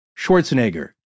Schwarzenegger